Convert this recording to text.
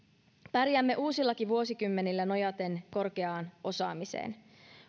pärjäämme uusillakin vuosikymmenillä nojaten korkeaan osaamiseen